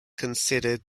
considered